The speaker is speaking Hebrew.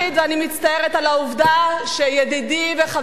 ואני מצטערת על העובדה שידידי וחברי